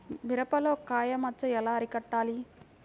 మిరపలో కాయ మచ్చ ఎలా అరికట్టాలి?